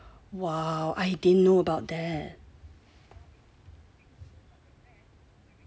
!wow! I didn't know about that